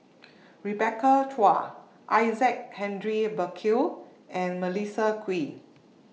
Rebecca Chua Isaac Henry Burkill and Melissa Kwee